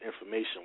information